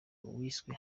wiswe